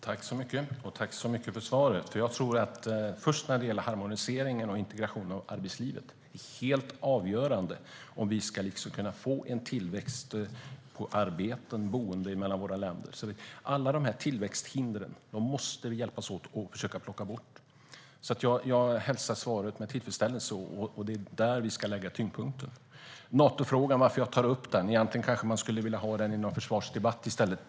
Herr talman! Tack så mycket för svaret, utrikesministern! Harmoniseringen och integrationen av arbetslivet tror jag är helt avgörande om vi ska kunna få tillväxt av arbeten och boenden mellan våra länder. Alla dessa tillväxthinder måste vi hjälpas åt att försöka plocka bort. Jag hälsar alltså svaret med tillfredsställelse. Det är där vi ska lägga tyngdpunkten. Varför tar jag upp Natofrågan? Egentligen kanske man skulle vilja ha den i någon försvarsdebatt i stället.